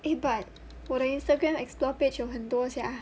eh but 我的 instagram explore page 有很多 sia